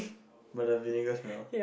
by the vinegar smell